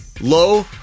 low